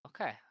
okay